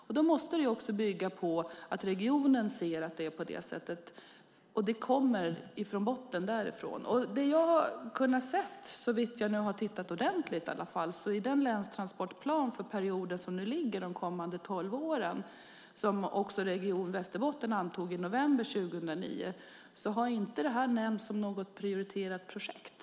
Det måste bygga på att regionen ser att det är på det sättet och att det kommer från botten. Men såvitt jag har sett i den länstransportplan för den aktuella perioden, de kommande tolv åren, som Region Västerbotten antog i november 2009 har detta inte nämnts som någon prioriterat projekt.